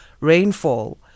rainfall